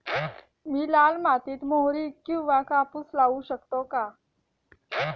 मी लाल मातीत मोहरी किंवा कापूस लावू शकतो का?